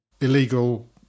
illegal